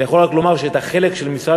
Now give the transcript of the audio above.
אני יכול רק לומר שאת החלק של משרד